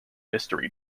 mystery